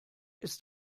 ist